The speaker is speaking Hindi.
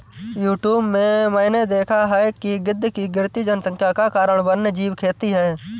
यूट्यूब में मैंने देखा है कि गिद्ध की गिरती जनसंख्या का कारण वन्यजीव खेती है